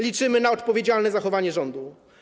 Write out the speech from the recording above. Liczymy na odpowiedzialne zachowanie rządu.